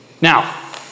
Now